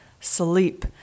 sleep